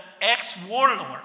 ex-warlord